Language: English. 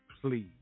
please